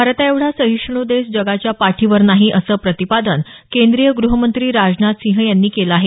भारताएवढा सहिष्णू देश जगाच्या पाठीवर नाही असं प्रतिपादन केंद्रीय ग्रहमंत्री राजनाथ सिंह यांनी केलं आहे